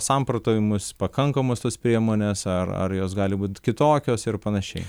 samprotavimus pakankamos tos priemonės ar ar jos gali būt kitokios ir panašiai